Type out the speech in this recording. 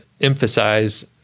emphasize